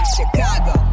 Chicago